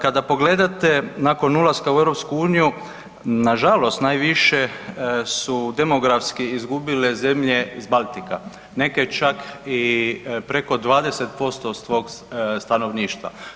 Kada pogledate nakon ulaska u EU na žalost najviše su demografski izgubile zemlje s Baltika, neke čak i preko 20% svog stanovništva.